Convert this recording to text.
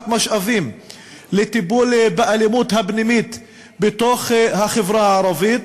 משאבים לטיפול באלימות הפנימית בתוך החברה הערבית.